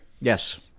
Yes